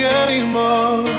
anymore